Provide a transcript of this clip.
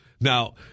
now